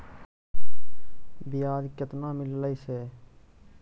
बियाज केतना मिललय से?